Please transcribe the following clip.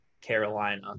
Carolina